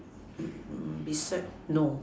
mm beside no